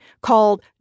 called